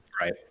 right